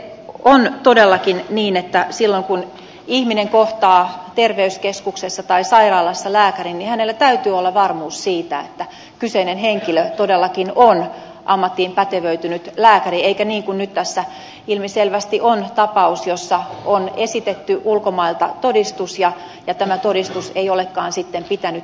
on todellakin niin että silloin kun ihminen kohtaa terveyskeskuksessa tai sairaalassa lääkärin hänellä täytyy olla varmuus siitä että kyseinen henkilö todellakin on ammattiin pätevöitynyt lääkäri eikä niin kuin nyt tässä ilmiselvästi on tapaus jossa on esitetty ulkomailta todistus ja tämä todistus ei olekaan sitten pitänyt paikkaansa